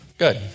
good